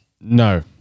No